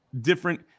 different